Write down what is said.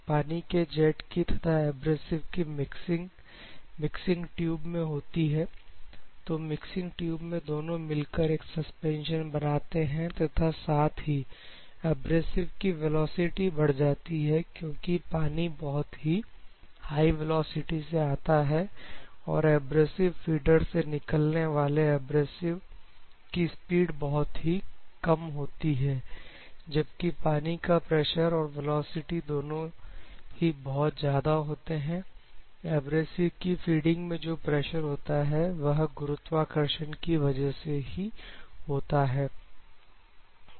पानी के जेट की तथा एब्रेसिव की मिक्सिंग मिक्सिंग ट्यूब में होती है तो मिक्सिंग ट्यूब में दोनों मिलकर एक सस्पेंशन बनाते हैं तथा साथ ही एब्रेसिवकी वेलोसिटी बढ़ जाती है क्योंकि पानी बहुत ही हाई वेलोसिटी से आता है और एब्रेसिव फीडर से निकलने वाले एब्रेसिवकी स्पीड बहुत ही कम होती है जबकि पानी का प्रेशर और वेलोसिटी दोनों ही बहुत ज्यादा होते हैं एब्रेसिव की फीडिंग में जो प्रेशर होता है वह गुरुत्वाकर्षण की वजह से ही होता है